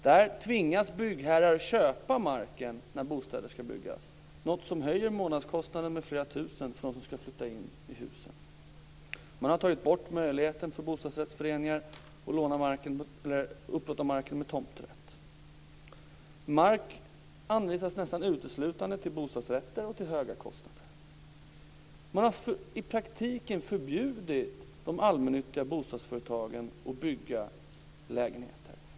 Där tvingas byggherrar köpa marken när bostäder ska byggas, något som höjer månadskostnaden med flera tusen för dem som ska flytta in i husen. Man har tagit bort möjligheten för bostadsrättsföreningar när det gäller att upplåta marken med tomträtt. Mark anvisas nästan uteslutande till bostadsrätter och till höga kostnader. Man har i praktiken förbjudit de allmännyttiga bostadsföretagen att bygga lägenheter.